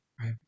right